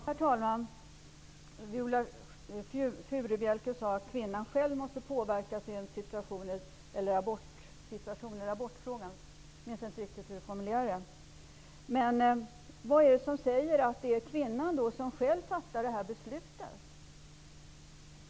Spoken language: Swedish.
Herr talman! Viola Furubjelke sade att kvinnan själv måste påverka sin situation i abortfrågan -- jag minns inte riktigt hur hon formulerade det. Vad är det som säger att det är kvinnan själv som fattar beslutet?